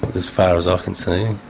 as far as i can see.